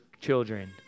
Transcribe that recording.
children